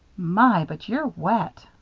my! but you're wet.